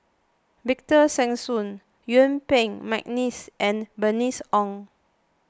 Victor Sassoon Yuen Peng McNeice and Bernice Ong